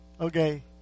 Okay